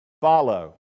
follow